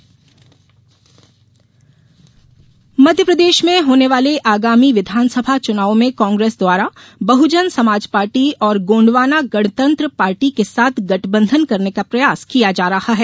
कमलनाथ गठबंधन मध्यप्रदेश में होने वाले आगामी विधानसभा चुनाव में कांग्रेस द्वारा बहुजन समाज पार्टी और गोंडवाना गणतंत्र पाटी के साथ गठबंधन करने का प्रयास किया जा रहा है